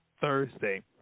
Thursday